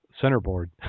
centerboard